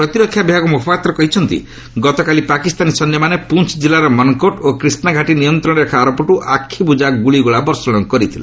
ପ୍ରତିରକ୍ଷା ବିଭାଗ ମୁଖପାତ୍ର କହିଛନ୍ତି ଗତକାଲି ପାକିସ୍ତାନୀ ସୈନ୍ୟମାନେ ପୁଞ୍ କିଲ୍ଲାର ମନକୋଟ୍ ଓ କ୍ରିଷ୍ଣାଘାଟି ନିୟନ୍ତ୍ରଣ ରେଖା ଆରପଟୁ ଆଖିବୁଜା ଗୁଳିଗୋଳା ବର୍ଷଣ କରିଥିଲେ